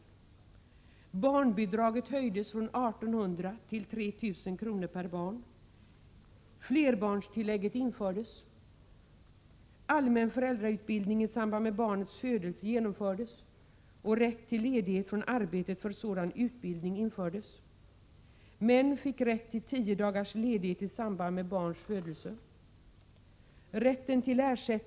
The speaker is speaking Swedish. Aga av barn förbjöds i lag.